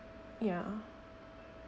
ya